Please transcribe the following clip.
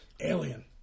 Alien